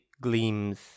gleams